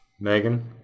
Megan